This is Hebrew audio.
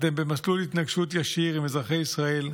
אתם במסלול התנגשות ישיר עם אזרחי ישראל,